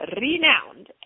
renowned